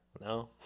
No